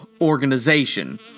organization